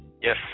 Yes